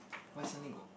why suddenly got